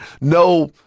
No